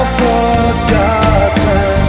forgotten